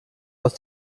aus